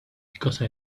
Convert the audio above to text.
because